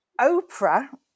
Oprah